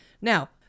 now